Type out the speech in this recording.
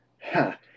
Ha